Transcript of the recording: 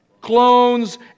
clones